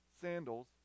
sandals